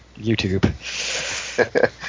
YouTube